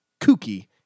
Kooky